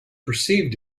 perceived